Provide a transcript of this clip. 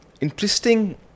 interesting